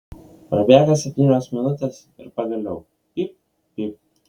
prabėga septynios minutės ir pagaliau pyp pyp